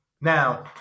Now